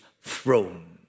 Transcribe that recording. throne